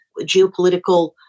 geopolitical